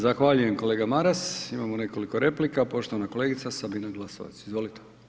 Zahvaljujem, kolega Maras, imamo nekoliko replika, poštovana kolegica Sabina Glasovac, izvolite.